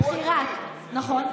שימוע, נכון.